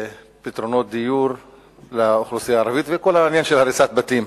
ופתרונות דיור לאוכלוסייה הערבית וכל העניין של הריסת בתים.